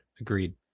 Agreed